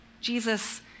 Jesus